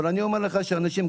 אני אומר לך שאנשים,